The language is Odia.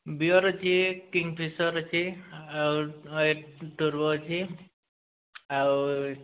ବିଅର୍ ଯିଏ କିଙ୍ଗ୍ଫିସର୍ ସିଏ ଆଉ ଏ ଟୁ ଟୁରୁ ଅଛି ଆଉ